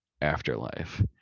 afterlife